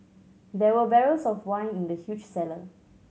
there were barrels of wine in the huge cellar